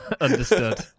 understood